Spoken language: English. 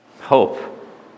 hope